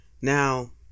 Now